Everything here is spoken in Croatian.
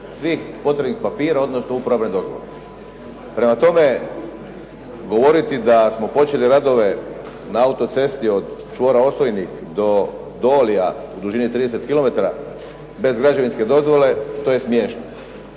svih potrebnih papira, odnosno uporabne dozvole. Prema tome, govoriti da smo počeli radove na auto-cesti od čvora Osojnik do Dolija u dužini 30 km bez građevinske dozvole to je smiješeno.